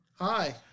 Hi